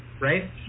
Right